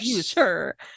sure